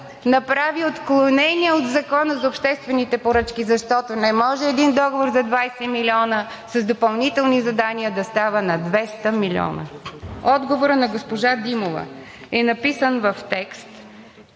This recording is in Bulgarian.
направи отклонения от Закона за обществените поръчки, защото не може един договор за 20 милиона с допълнителни задания да става на 200 милиона! Отговорът на госпожа Димова е написан в текст